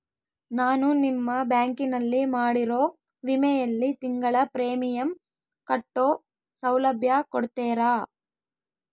ನಾನು ನಿಮ್ಮ ಬ್ಯಾಂಕಿನಲ್ಲಿ ಮಾಡಿರೋ ವಿಮೆಯಲ್ಲಿ ತಿಂಗಳ ಪ್ರೇಮಿಯಂ ಕಟ್ಟೋ ಸೌಲಭ್ಯ ಕೊಡ್ತೇರಾ?